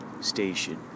station